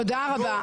תודה.